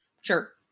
Sure